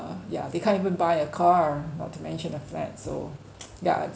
uh yeah they can't even buy a car not to mention a flat so yeah